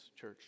church